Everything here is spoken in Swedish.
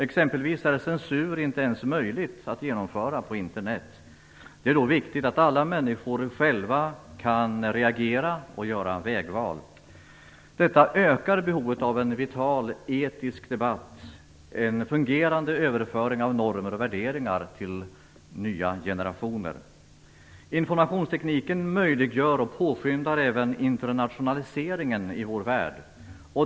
Exempelvis är censur inte ens möjligt att genomföra på Internet. Det är då viktigt att alla människor själva kan reagera och göra vägval. Detta ökar behovet av en vital etisk debatt, en fungerande överföring av normer och värderingar till nya generationer. Informationstekniken möjliggör och påskyndar även internationaliseringen i vår värld.